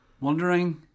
Wondering